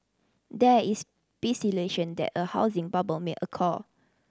there is s that a housing bubble may